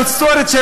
ההיסטורית,